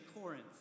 Corinth